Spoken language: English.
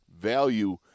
value